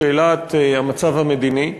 בשאלת המצב המדיני,